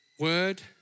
Word